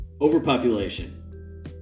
overpopulation